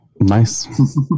nice